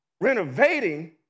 renovating